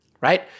right